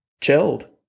Chilled